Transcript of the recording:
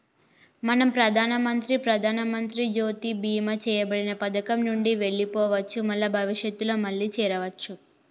మనం ప్రధానమంత్రి ప్రధానమంత్రి జ్యోతి బీమా చేయబడిన పథకం నుండి వెళ్లిపోవచ్చు మల్ల భవిష్యత్తులో మళ్లీ చేరవచ్చు